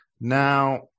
Now